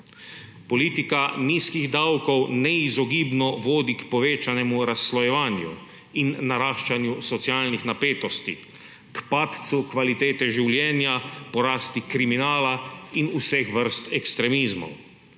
Politika nizkih davkov neizogibno vodi k povečanemu razslojevanju in naraščanju socialnih napetosti, k padcu kvalitete življenja, porasti kriminala in vseh vrst ekstremizmov.